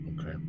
okay